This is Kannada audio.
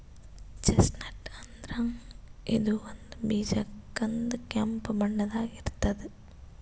ಚೆಸ್ಟ್ನಟ್ ಅಂದ್ರ ಇದು ಒಂದ್ ಬೀಜ ಕಂದ್ ಕೆಂಪ್ ಬಣ್ಣದಾಗ್ ಇರ್ತದ್